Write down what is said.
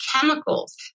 chemicals